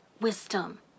wisdom